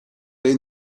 les